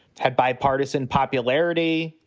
had bipartisan popularity.